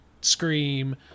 scream